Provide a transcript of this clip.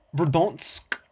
Verdonsk